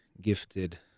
gifted